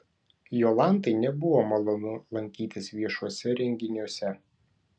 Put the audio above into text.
jolantai nebuvo malonu lankytis viešuose renginiuose